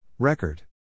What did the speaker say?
Record